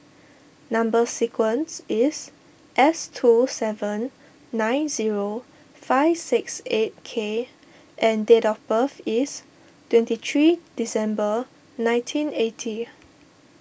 Number Sequence is S two seven nine zero five six eight K and date of birth is twenty three December nineteen eighty